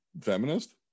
feminist